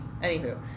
Anywho